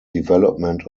development